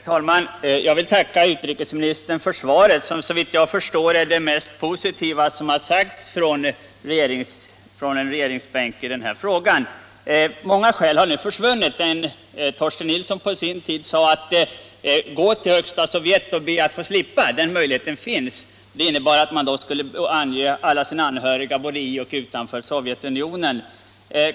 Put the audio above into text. Herr talman! Jag vill tacka utrikesministern för svaret, som såvitt jag förstår är det mest positiva som har sagts från en regeringsbänk i denna fråga. Många skäl för de dubbla medborgarskapen har nu försvunnit. Torsten Nilsson sade på sin tid: Gå till Högsta Sovjet och be att få slippa! Den möjligheten fanns. Den innebar emellertid att man skulle ange alla sina anhöriga både inom och utanför Sovjetunionen.